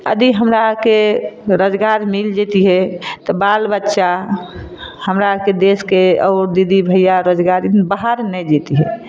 अभी हमरा आरके रोजगार मिल जैतिए तऽ बाल बच्चा हमरा आरके देशके आओर दीदी भैया रोजगार बाहर नहि जैतिए